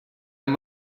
amb